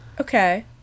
Okay